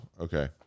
Okay